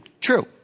true